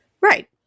right